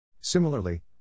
Similarly